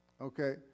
okay